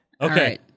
Okay